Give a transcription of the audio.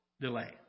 delay